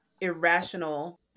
irrational